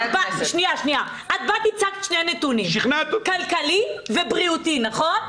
את באת הצגת שני נתונים, כלכלי ובריאותי, נכון?